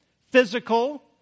physical